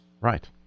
Right